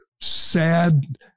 sad